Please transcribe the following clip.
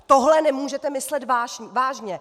Tohle nemůžete myslet vážně!